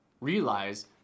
realize